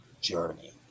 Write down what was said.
journey